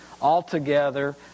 Altogether